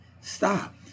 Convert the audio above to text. stop